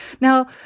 Now